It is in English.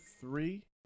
three